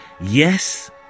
Yes